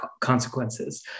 consequences